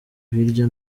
hirya